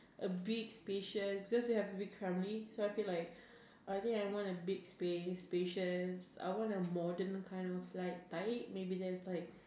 a big spacious because they have a big family so I feel like I think want a big space spacious I want a modern kind of like tight maybe there's like